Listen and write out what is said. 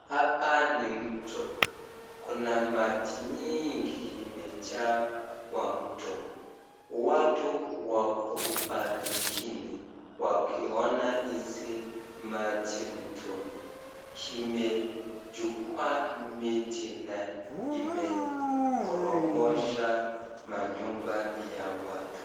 Hapa ni mto. Kuna maji nyingi imejaa kwa mto. Watu wako upande ngine wakiona hizi maji mtoni. Imechukua miti na imeporomosha manyumba ya watu.